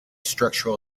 structural